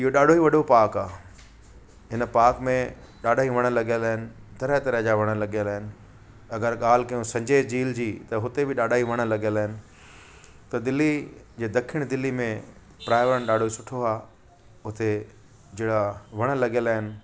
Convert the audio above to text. इहो ॾाढो ई वॾो पार्क आहे हिन पार्क में ॾाढा ई वण लॻियल आहिनि तरह तरह जा वण लॻियल आहिनि अगरि ॻाल्हि कयूं संजय झील जी त हुते बि ॾाढा वण लॻियल आहिनि त दिल्ली हीअ दखिण दिल्ली पर्यावरण ॾाढो सुठो आहे उते जहिड़ा वण लॻियल आहिनि